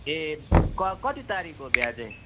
ए क कति तारिक हो बिहा चाहिँ